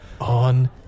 on